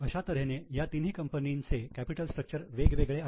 अशा तऱ्हेने या तिन्ही कंपनींचे कॅपिटल स्ट्रक्चर वेगवेगळे आहे